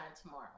tomorrow